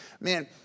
Man